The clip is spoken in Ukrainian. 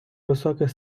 високих